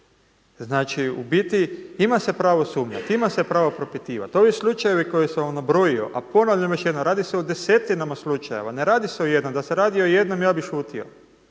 Znači u biti ima se pravo sumnjati, ima se pravo propitivati. Ovi slučajevi koje sam vam nabrojio, a ponavljam još jednom, radi se o desetinama slučajeva, ne radi se o jednom, da se radi o jednom ja bi šutio